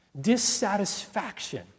Dissatisfaction